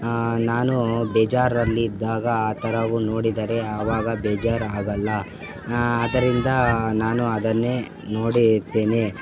ಆಂ ನಾನು ಬೇಜಾರಲ್ಲಿದ್ದಾಗ ಆ ಥರದು ನೋಡಿದರೆ ಆವಾಗ ಬೇಜಾರು ಆಗೋಲ್ಲ ಆದ್ದರಿಂದ ನಾನು ಅದನ್ನೇ ನೋಡುತ್ತೇನೆ